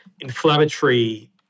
inflammatory